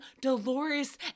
Dolores